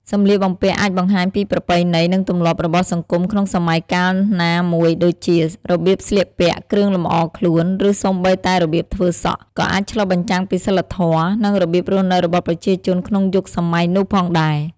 សម្លៀកបំពាក់អាចបង្ហាញពីប្រពៃណី និងទម្លាប់របស់សង្គមក្នុងសម័យកាលណាមួយដូចជា របៀបស្លៀកពាក់ គ្រឿងលម្អខ្លួន ឬសូម្បីតែរបៀបធ្វើសក់ ក៏អាចឆ្លុះបញ្ចាំងពីសីលធម៌ និងរបៀបរស់នៅរបស់ប្រជាជនក្នុងយុគសម័យនោះផងដែរ ។